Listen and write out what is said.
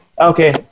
Okay